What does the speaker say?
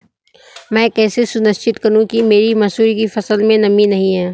मैं कैसे सुनिश्चित करूँ कि मेरी मसूर की फसल में नमी नहीं है?